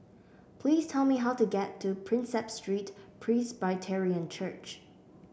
please tell me how to get to Prinsep Street Presbyterian Church